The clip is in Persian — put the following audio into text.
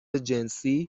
جنسی